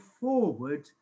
forward